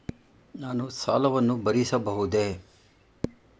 ನಾನು ಸಾಲವನ್ನು ಭರಿಸಬಹುದೇ?